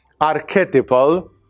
archetypal